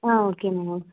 ஆ okay ma'am ஓ